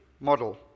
Model